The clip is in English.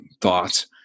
thoughts